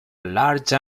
large